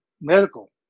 medical